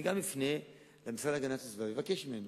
אני גם אפנה למשרד להגנת הסביבה, אבקש ממנו,